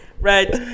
Right